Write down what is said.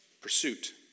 pursuit